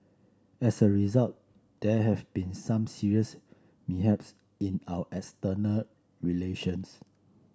as a result there have been some serious mishaps in our external relations